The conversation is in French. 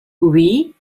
oui